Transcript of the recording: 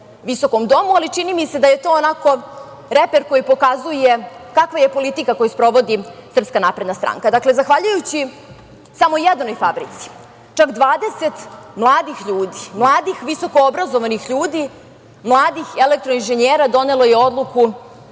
visokom domu, ali čini mi se da je to onako reper koji pokazuje kakva je politika koju sprovodi SNS. Dakle, zahvaljujući samo jednoj fabrici čak 20 mladih ljudi, mladih visoko obrazovanih ljudi, mladih elektroinženjera donelo je odluku